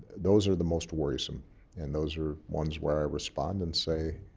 those are the most worrisome and those are ones where i respond and say